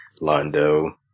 Londo